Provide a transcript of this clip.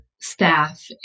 staff